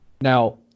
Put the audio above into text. Now